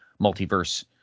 multiverse